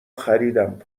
خریدم